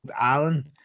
Alan